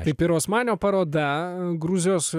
tai pirosmanio parodą gruzijos